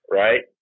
right